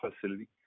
facility